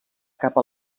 cap